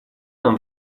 нам